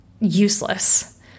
useless